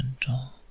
gentle